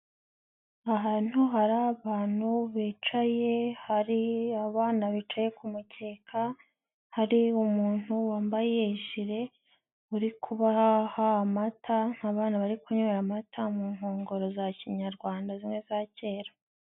Ahantu hari abantu bicaye, hari abana bicaye ku mukeka, hari umuntu wambaye ijire uri kubaha amata, abana bari kunywera amata mu nkongoro za kinyarwanda zimwe za kera.